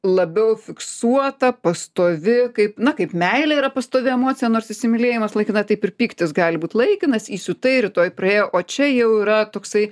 labiau fiksuota pastovi kaip na kaip meilė yra pastovi emocija nors įsimylėjimas laikina taip ir pyktis gali būt laikinas įsiutai rytoj praėjo o čia jau yra toksai